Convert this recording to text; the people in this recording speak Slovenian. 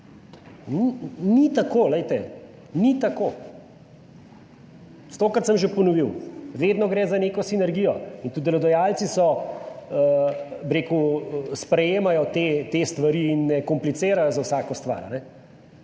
Ni tako, glejte, ni tako. Stokrat sem že ponovil, vedno gre za neko sinergijo. Delodajalci so, bi rekel, sprejemajo te stvari in ne komplicirajo za vsako stvar